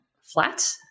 flat